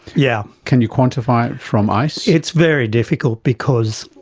yeah can you quantify it from ice? it's very difficult because